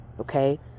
Okay